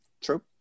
True